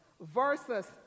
versus